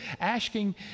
asking